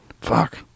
Fuck